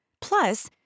plus